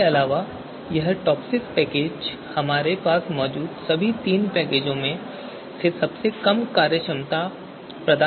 इसके अलावा यह टॉपसिस पैकेज हमारे पास मौजूद सभी तीन पैकेजों में से सबसे कम कार्यक्षमता प्रदान करता है